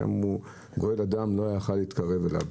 שם אף אחד לא היה יכול להתקרב אליו.